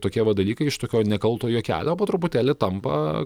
tokie va dalykai iš tokio nekalto juokelio po truputėlį tampa